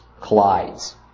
collides